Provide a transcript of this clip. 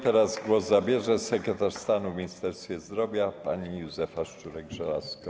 Teraz głos zabierze sekretarz stanu w Ministerstwie Zdrowia pani Józefa Szczurek-Żelazko.